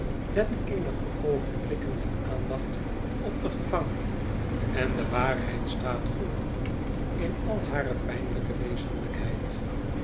let eenige oogenblikken met aandacht op den gevangene en de waarheid staat voor u in al hare pijnlijke wezeniykheid